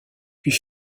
puis